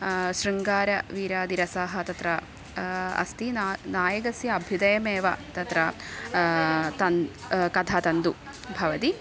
शृङ्गारवीरादिरसाः तत्र अस्ति न नायकस्य अभ्युदयमेव तत्र तन् कथा तन्तुः भवति